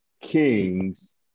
kings